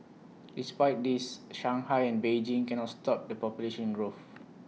despite this Shanghai and Beijing cannot stop the population growth